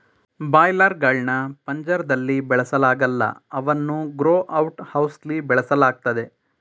boiler ಗಳ್ನ ಪಂಜರ್ದಲ್ಲಿ ಬೆಳೆಸಲಾಗಲ್ಲ ಅವನ್ನು ಗ್ರೋ ಔಟ್ ಹೌಸ್ಲಿ ಬೆಳೆಸಲಾಗ್ತದೆ